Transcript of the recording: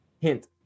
hint